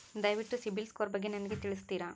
ದಯವಿಟ್ಟು ಸಿಬಿಲ್ ಸ್ಕೋರ್ ಬಗ್ಗೆ ನನಗೆ ತಿಳಿಸ್ತೀರಾ?